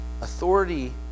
Authority